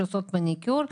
שעושות מניקור,